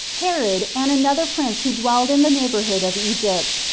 herod, and another prince who dwelt in the neigh bourhood of egypt.